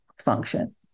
function